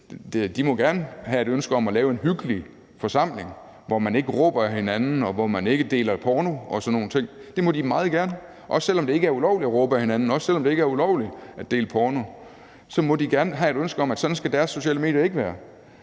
De må gerne have et ønske om at lave en hyggelig forsamling, hvor man ikke råber ad hinanden, og hvor man ikke deler porno og sådan nogle ting. Det må de meget gerne. Også selv om det ikke er ulovligt at råbe ad hinanden, også selv om det ikke er ulovligt at dele porno, må de gerne have et ønske om, at sådan skal deres sociale medie ikke være.